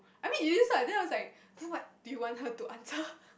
I mean you use [la] then I was like then what do you want her to answer